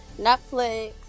Netflix